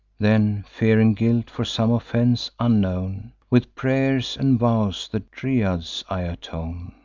then, fearing guilt for some offense unknown, with pray'rs and vows the dryads i atone,